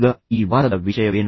ಈಗ ಈ ವಾರದ ವಿಷಯವೇನು